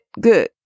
Good